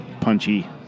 punchy